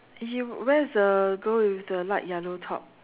you where is the girl with the light yellow top